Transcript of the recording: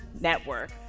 Network